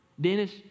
Dennis